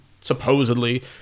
supposedly